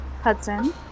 Hudson